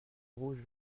rouge